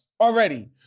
already